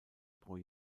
pro